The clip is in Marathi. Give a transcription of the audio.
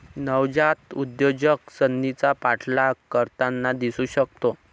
नवजात उद्योजक संधीचा पाठलाग करताना दिसू शकतो